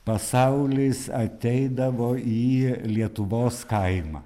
pasaulis ateidavo į lietuvos kaimą